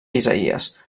isaïes